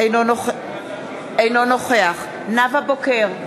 אינו נוכח נאוה בוקר,